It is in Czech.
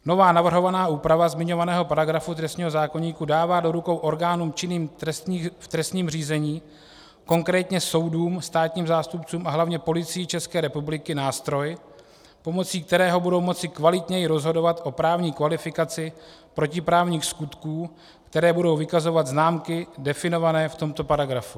Nová navrhovaná úprava zmiňovaného paragrafu trestního zákoníku dává do rukou orgánům činným v trestním řízení, konkrétně soudům, státním zástupcům a hlavně Policii České republiky, nástroj, pomocí kterého budou moci kvalitněji rozhodovat o právní kvalifikaci protiprávních skutků, které budou vykazovat známky definované v tomto paragrafu.